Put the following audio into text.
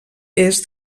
est